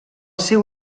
seu